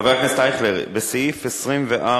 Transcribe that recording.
חבר הכנסת אייכלר, בסעיף 24(ב1)